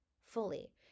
fully